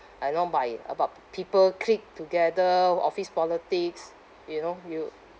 I know by about p~ people clique together office politics you know you